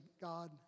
God